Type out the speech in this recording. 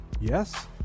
Yes